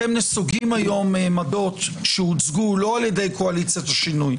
אתם נסוגים היום מעמדות שהוצגו לא על ידי קואליציית השינוי,